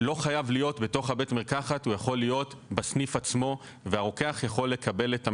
לא בהכרח זה חייב להיות ברהט אבל יש לנו